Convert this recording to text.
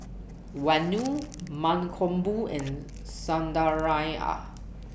Vanu Mankombu and Sundaraiah